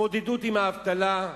התמודדות עם האבטלה,